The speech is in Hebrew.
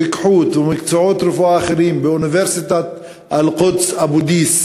רוקחות ומקצועות רפואה אחרים באוניברסיטת אל-קודס באבו-דיס,